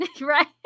right